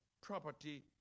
property